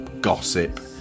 Gossip